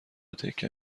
تکه